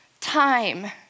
time